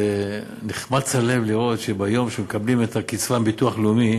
נחמץ הלב לראות שביום שמקבלים את הקצבה מביטוח לאומי